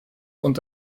und